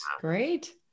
Great